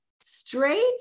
straight